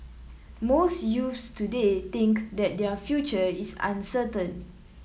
most youths today think that their future is uncertain